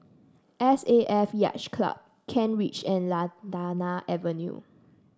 S A F Yacht Club Kent Ridge and Lantana Avenue